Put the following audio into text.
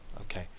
Okay